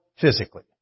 physically